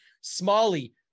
Smalley